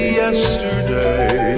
yesterday